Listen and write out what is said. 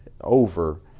over